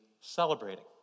celebrating